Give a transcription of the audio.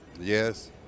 Yes